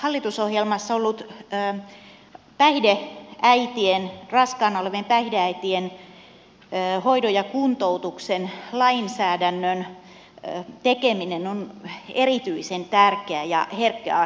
meille kristillisdemokraateille hallitusohjelmassa ollut raskaana olevien päihdeäitien hoidon ja kuntoutuksen lainsäädännön tekeminen on erityisen tärkeä ja herkkä asia